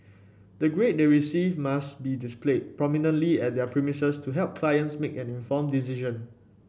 the grade they receive must be displayed prominently at their premises to help clients make an informed decision